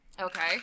Okay